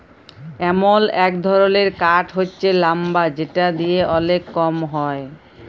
এমল এক ধরলের কাঠ হচ্যে লাম্বার যেটা দিয়ে ওলেক কম হ্যয়